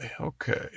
Okay